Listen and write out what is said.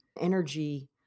energy